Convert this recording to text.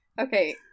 okay